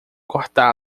cortá